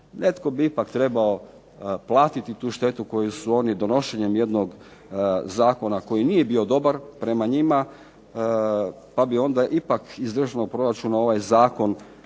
Netko bi ipak trebao platiti tu štetu koju su oni donošenjem Zakona koji nije bio dobar prema njima pa bi onda ipak iz državnog proračuna koštao